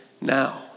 now